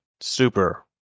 super